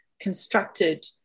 constructed